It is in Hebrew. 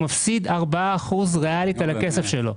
מפסיד 4% ריאלית על הכסף שלו.